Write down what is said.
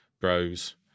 Bros